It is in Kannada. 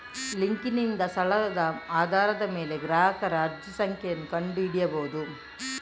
ಲಿಂಕಿನಿಂದ ಸ್ಥಳದ ಆಧಾರದ ಮೇಲೆ ಗ್ರಾಹಕರ ಅರ್ಜಿ ಸಂಖ್ಯೆಯನ್ನು ಕಂಡು ಹಿಡಿಯಬಹುದು